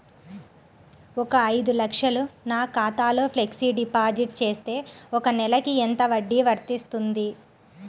ఒక ఐదు లక్షలు నా ఖాతాలో ఫ్లెక్సీ డిపాజిట్ చేస్తే ఒక నెలకి ఎంత వడ్డీ వర్తిస్తుంది?